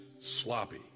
sloppy